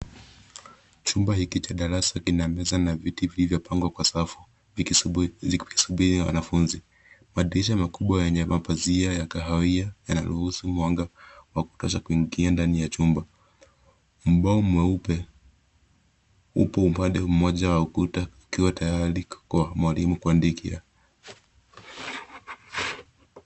Chumba hiki cha darasa kina meza na viti vilivyopangwa kwa safu vikisubiri wanafunzi. Madirisha makubwa yenye mapazia ya kahawia yanaruhusu mwanga wa kutosha kuingia ndani ya chumba. Ubao mweupe upo upande mmoja wa ukuta ukiwa tayari kwa mwalimu kuandikia.